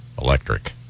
electric